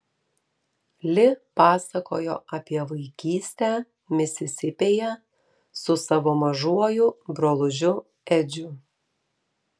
li pasakojo apie vaikystę misisipėje su savo mažuoju brolužiu edžiu